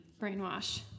Brainwash